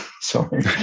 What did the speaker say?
Sorry